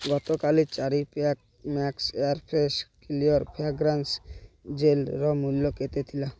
ଗତକାଲି ଚାରି pack max air fresh clear fragrance ଜେଲ୍ର ମୂଲ୍ୟ କେତେ ଥିଲା